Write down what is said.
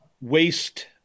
waste